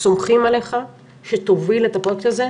סומכים עליך שתוביל את הפרויקט הזה,